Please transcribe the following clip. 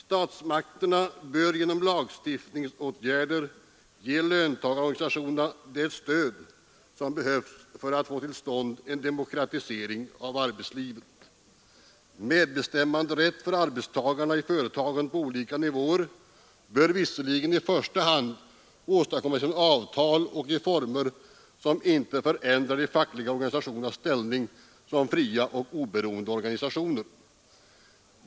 ”Statsmakterna bör genom lagstiftningsåtgärder ge löntagarorganisationerna det stöd som behövs för att få till stånd en demokratisering av arbetslivet. Medbestämmanderätt för arbetstagarna i företagen på olika nivåer bör visserligen i första hand åstadkommas genom avtal och i former som inte förändrar de fackliga organisationernas ställning som fria och oberoende organisationer.